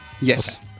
Yes